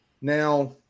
Now